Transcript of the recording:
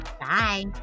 Bye